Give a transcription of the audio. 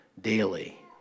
daily